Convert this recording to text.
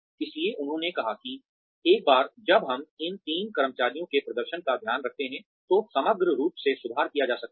इसलिए उन्होंने कहा कि एक बार जब हम इन तीन कर्मचारियों के प्रदर्शन का ध्यान रखते हैं तो समग्र रूप से सुधार किया जा सकता है